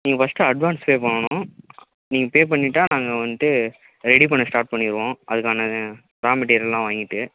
நீங்கள் first advance pay பண்ணணும் நீங்கள் பே பண்ணிவிட்டா நாங்கள் வந்துட்டு ரெடி பண்ண ஸ்டார்ட் பண்ணிவிடுவோம் அதுக்கான ரா மெட்டிரியல் எல்லாம் வாங்கிகிட்டு